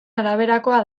araberakoa